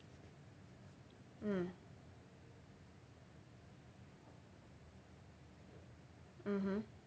mm mmhmm